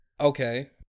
Okay